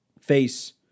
face